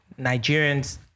Nigerians